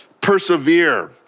persevere